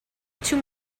two